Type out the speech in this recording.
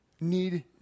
need